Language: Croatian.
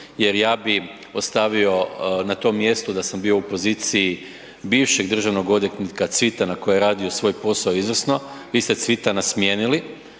jer ja bi ostavio na tom mjestu, da sam bio u poziciji bivšeg državnog odvjetnika Cvitana koji je radio svoj posao izvrsno, vi ste Cvitana smijenili